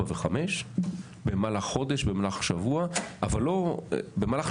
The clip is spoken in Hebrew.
4 ו-5 במהלך חודש ובמהלך שבוע או שנה